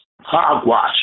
Hogwash